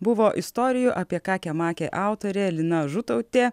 buvo istorijų apie kakę makę autorė lina žutautė